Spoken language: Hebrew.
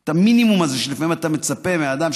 את המינימום הזה שלפעמים אתה מצפה מאדם,